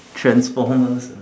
transformers